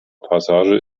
passage